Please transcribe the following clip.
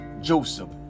Joseph